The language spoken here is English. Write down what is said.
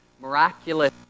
miraculous